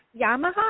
Yamaha